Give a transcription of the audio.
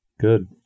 Good